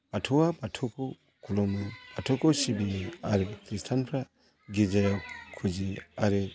बाथौआ बाथौखौ खुलुमो बाथौखौ सिबियो आरो ख्रिस्टानफ्रा गिर्जायाव फुजियो आरो